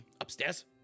Upstairs